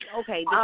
okay